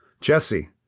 Jesse